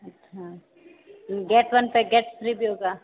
अच्छा gate one पे gate free भी होगा